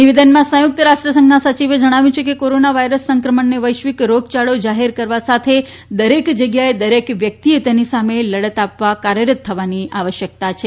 નિવેદનમાં સંયુક્ત રાષ્ટ્રસંઘના સચિવે જણાવ્યું છે કે કોરોના વાયરસ સંક્રમણને વૈશ્વિક રોગયાળો જાહેર કરવા સાથે દરેક જગ્યાએ દરેક વ્યક્તિએ તેની સામે લડત આપવા કાર્યરત થવાની આવશ્યકતા છે